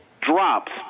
drops